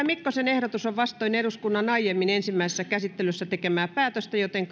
mikkosen ehdotus on vastoin eduskunnan aiemmin ensimmäisessä käsittelyssä tekemää päätöstä joten